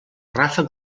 ràfec